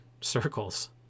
circles